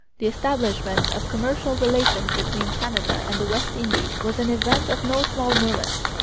the establishment of commercial relations between canada and the west indies was an event of no small moment.